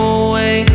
away